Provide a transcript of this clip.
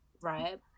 right